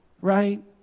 right